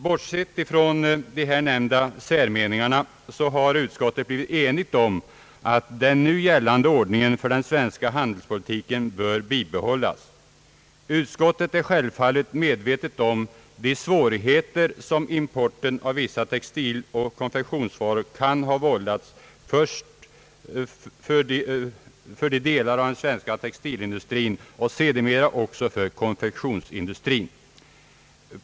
Bortsett från de nämnda särmeningarna har utskottet blivit enigt om att nu gällande ordning för den svenska handelspolitiken bör bibehållas. Utskottet har självfallet klart för sig de svårigheter, som importen av vissa textiloch konfektionsvaror kan ha vållat först för delar av den svenska textilin dustrin och sedermera även för konfektionsindustrin.